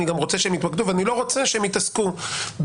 אני גם רוצה שהם יתמקדו ואני לא רוצה שהם יתעסקו בוויכוח.